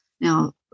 now